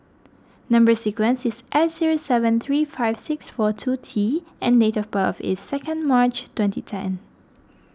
Number Sequence is S zero seven three five six four two T and date of birth is second March twenty ten